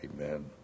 Amen